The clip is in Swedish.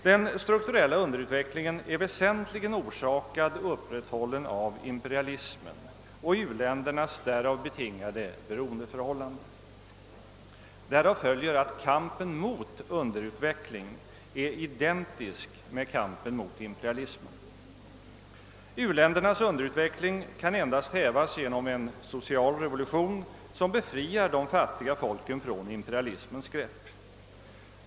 Den strukturella underutvecklingen är väsentligen orsakad och upprätthållen av imperialismen och u-ländernas därav betingade beroendeförhållande. Därav följer att kampen mot underutveckling är identisk med kampen mot imperialismen. U-ländernas underutveckling kan endast hävas genom en social revolution som befriar de fattiga folken från imperialismens grepp.